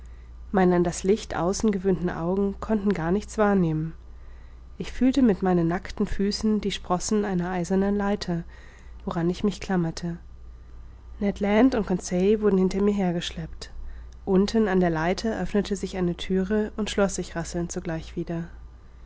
meine an das licht außen gewöhnten augen konnten gar nichts wahrnehmen ich fühlte mit meinen nackten füßen die sprossen einer eisernen leiter woran ich mich klammerte ned land und conseil wurden hinter mir hergeschleppt unten an der leiter öffnete sich eine thüre und schloß sich rasselnd sogleich wieder